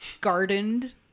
gardened